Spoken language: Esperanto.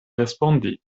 respondi